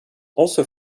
also